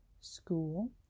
school